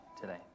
today